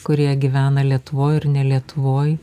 kurie gyvena lietuvoj ir ne lietuvoj